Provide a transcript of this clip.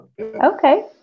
Okay